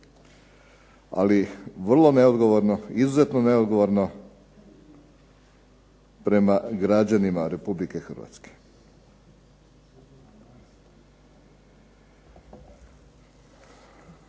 ali vrlo neodgovorno, izuzetno neodgovorno prema građanima RH.